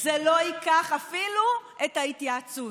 זה לא ייקח אפילו את ההתייעצות.